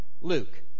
Luke